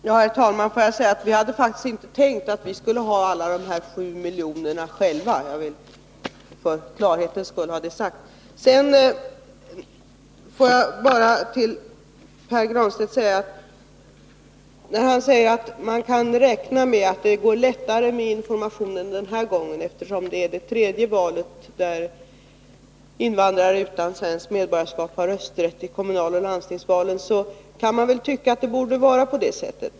Herr talman! Får jag för klarhetens skull säga att vi faktiskt inte tänkt att vi skulle ha alla de här sju miljonerna själva. Pär Granstedt säger att man kan räkna med att det blir lättare att informera den här gången, eftersom det nu är det tredje valet där invandrare utan svenskt medborgarskap har rösträtt till kommunaloch landstingsvalen. Man kan väl tycka att det borde vara på det sättet.